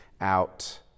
out